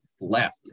left